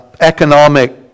economic